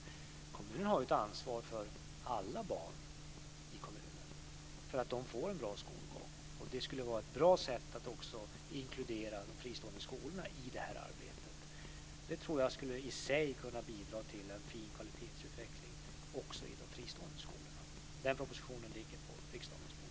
Kommunerna har ju ett ansvar för alla barn i kommunen och för att de får en bra skolgång. Det skulle vara ett bra sätt att också inkludera de fristående skolorna i det här arbetet. Det tror jag i sig skulle kunna bidra till en fin kvalitetsutveckling också i de fristående skolorna. Den propositionen ligger på riksdagens bord.